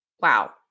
wow